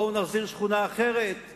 בואו נחזיר שכונה אחרת".